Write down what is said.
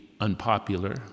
unpopular